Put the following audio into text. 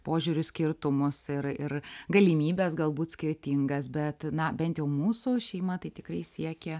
požiūrių skirtumus ir ir galimybes galbūt skirtingas bet na bent jau mūsų šeima tai tikrai siekė